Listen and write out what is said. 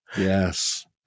Yes